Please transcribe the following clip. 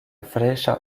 freŝa